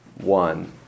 one